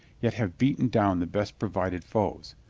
yet have beaten down the best provided foes.